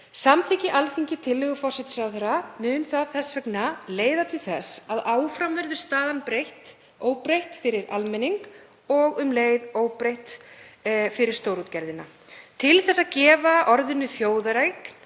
Samþykki Alþingi tillögu forsætisráðherra mun það þess vegna leiða til þess að staðan verður áfram óbreytt fyrir almenning og um leið óbreytt fyrir stórútgerðina. Til þess að gefa orðinu þjóðareign